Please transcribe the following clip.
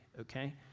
okay